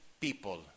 people